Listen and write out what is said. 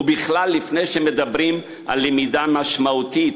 ובכלל, לפני שמדברים על למידה משמעותית,